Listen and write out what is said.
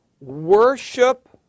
worship